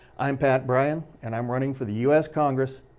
i'm pat bryan and i'm running for the u s. congress,